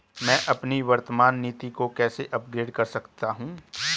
मैं अपनी वर्तमान नीति को कैसे अपग्रेड कर सकता हूँ?